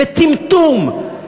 בטמטום,